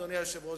אדוני היושב-ראש,